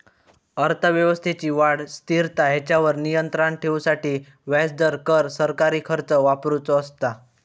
अर्थव्यवस्थेची वाढ, स्थिरता हेंच्यावर नियंत्राण ठेवूसाठी व्याजदर, कर, सरकारी खर्च वापरुचो असता